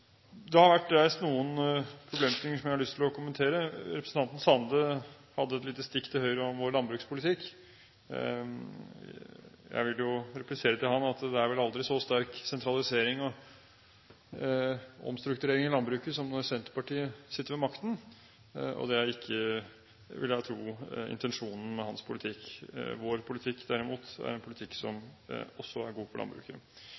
Det har vært reist noen problemstillinger som jeg har lyst til å kommentere. Representanten Sande hadde et lite stikk til Høyre om vår landbrukspolitikk. Jeg vil jo replisere til ham at det er vel aldri så sterk sentralisering og omstrukturering i landbruket som når Senterpartiet sitter ved makten, og det er ikke intensjonen med hans politikk, vil jeg tro. Vår politikk derimot er en politikk som også er god for landbruket.